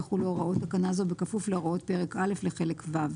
יחולו הוראות תקנה זו בכפוף להוראות פרק א' לחלק ו'.